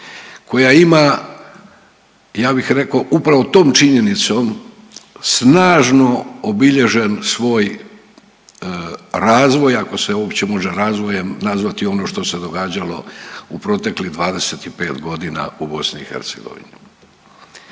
Koja ima ja bih rekao upravo tom činjenicom snažno obilježen svoj razvoj ako se uopće može razvojem nazvati ono što se događalo u proteklih 25 godina u BiH.